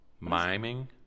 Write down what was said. Miming